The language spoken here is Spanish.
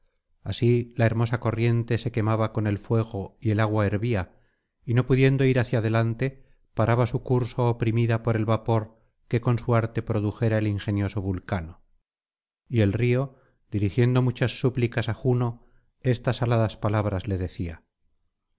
así la hermosa corriente se quemaba con el fuego y el agua hervía y no pudiendo ir hacia adelante paraba su curso oprimida por el vapor que con su arte produjera el ingenioso vulcano y el río dirigiendo muchas súplicas á juno estas aladas palabras le decía